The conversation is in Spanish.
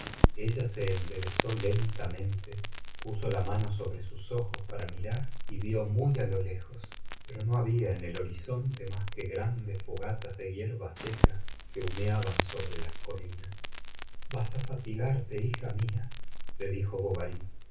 ella se enderezó lentamente puso la mano sobre sus ojos para mirar y vió muy á lo lejos pero no babia en el horizonte mas que grandes fogatas de hierba seca que humeaban sobre las colinas vas á fatigarte hija mia le dijo bovary